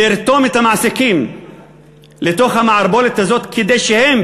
לרתום את המעסיקים לתוך המערבולת הזאת כדי שהם,